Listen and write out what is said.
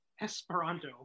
Esperanto